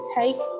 take